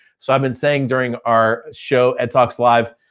so i've been saying during our show at talks live,